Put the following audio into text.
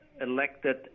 elected